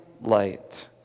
light